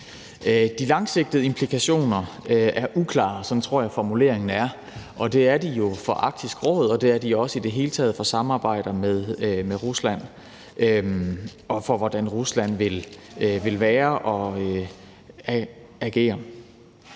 De langsigtede implikationer er uklare. Sådan tror jeg formuleringen lyder. Det er de for Arktisk Råd og også i det hele taget for samarbejdet med Rusland og for, hvordan Rusland vil være og agere.